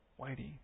whitey